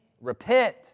Repent